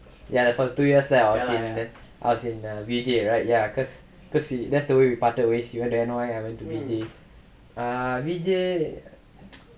ya for two years lah I was in I was in V_J right then cause that's the way we parted ways you went to N_Y I went to V_J